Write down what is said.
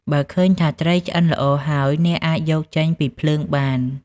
បើឃើញថាត្រីឆ្អិនល្អហើយ អ្នកអាចយកចេញពីភ្លើងបាន។